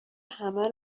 همه